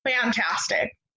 Fantastic